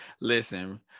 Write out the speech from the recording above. listen